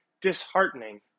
disheartening